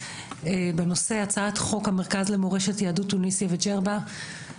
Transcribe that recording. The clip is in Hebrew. בנושא הצעת חוק המרכז למורשת יהדות תוניסיה וג'רבה,